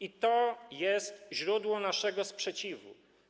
I to jest źródło naszego sprzeciwu.